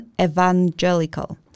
evangelical